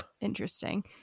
Interesting